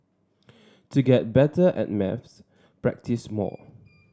to get better at maths practise more